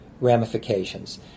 ramifications